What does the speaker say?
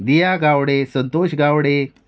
दिया गावडे संतोश गावडे